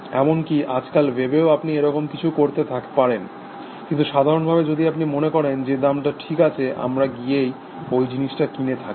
এমনকি আজকাল ওয়েবেও আপনি ওই রকম কিছু করতে পারেন কিন্তু সাধারণভাবে যদি আপনি মনে করেন যে দামটা ঠিক আছে আমরা গিয়ে ওই জিনিসটা কিনে থাকি